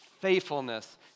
faithfulness